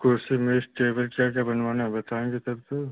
कुर्सी मेज़ टेबल क्या क्या बनवाना है बताएँगे तब तो